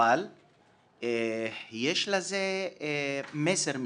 יש לזה מסר מסוים.